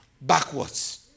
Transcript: backwards